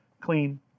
clean